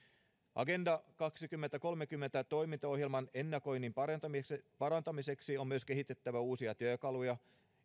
agenda kaksituhattakolmekymmentä toimintaohjelman ennakoinnin parantamiseksi parantamiseksi on kehitettävä uusia työkaluja